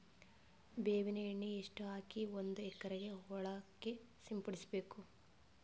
ಬೇವಿನ ಎಣ್ಣೆ ಎಷ್ಟು ಹಾಕಿ ಒಂದ ಎಕರೆಗೆ ಹೊಳಕ್ಕ ಸಿಂಪಡಸಬೇಕು?